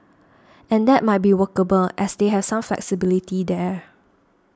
and that might be workable as they have some flexibility there